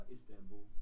Istanbul